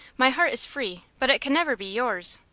my heart is free, but it can never be yours.